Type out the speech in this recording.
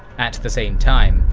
at the same time,